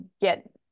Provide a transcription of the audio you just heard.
get